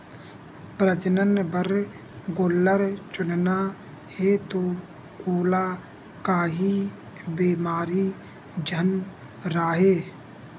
प्रजनन बर गोल्लर चुनना हे त ओला काही बेमारी झन राहय